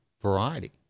variety